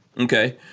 Okay